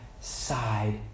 side